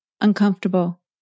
uncomfortable